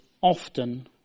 often